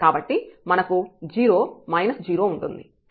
కాబట్టి మనకు 0 మైనస్ 0 ఉంటుంది